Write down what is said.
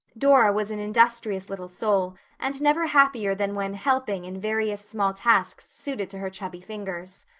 dora was an industrious little soul and never happier than when helping in various small tasks suited to her chubby fingers.